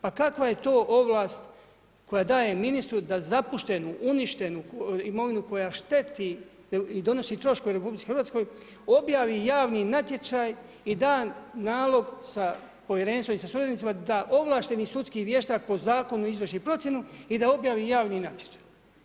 Pa kakva je to ovlast koja daje ministru, da zapuštenu, uništenu imovinu, koja šteti i donosi troškove RH objavi javni natječaj i da nalog sa povjerenstvom i suradnicima, da ovlašteni sudski vještak po zakonu izvrši procjenu i da objavi javni natječaj.